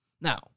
Now